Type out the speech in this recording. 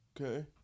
okay